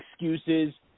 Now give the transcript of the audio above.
excuses